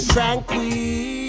Tranquil